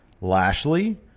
Lashley